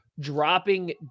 dropping